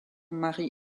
mari